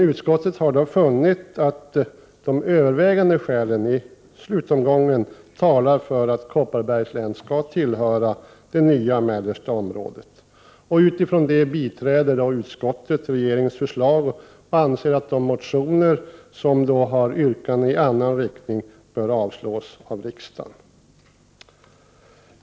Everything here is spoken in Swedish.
Utskottet har då funnit att de övervägande skälen i slutomgången talar för att Kopparbergs län skall tillhöra det nya mellersta området. Utifrån det biträder utskottet regeringens förslag och anser att de motioner som har yrkanden i annan riktning bör avslås av riksdagen.